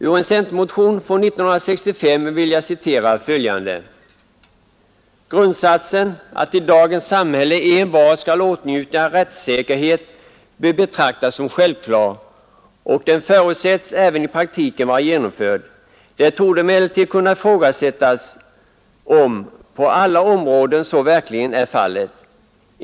Ur en centermotion från 1965 vill jag citera följande: ”Grundsatsen att i dagens samhälle envar skall åtnjuta rättssäkerhet bör betraktas som självklar och den förutsätts även i praktiken vara genomförd. Det torde emellertid kunna ifrågasättas om på alla områden så verkligen är fallet.